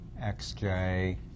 xj